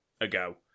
ago